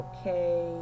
Okay